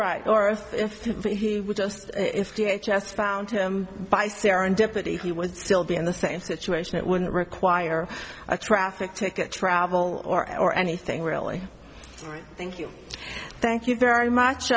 right or if he would just if t h s found him by serendipity he would still be in the same situation it wouldn't require a traffic ticket travel or anything really all right thank you thank you very much